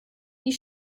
die